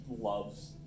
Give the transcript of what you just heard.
loves